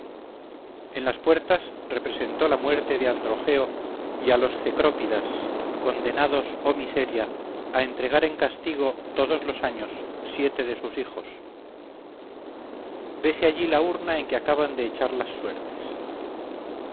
en las puertas representó la muerte de androgeo y a los cecrópidas condenados oh miseria a entregar en castigo todos los años siete de sus hijos vese allí la urna en que se acaban de echar las suertes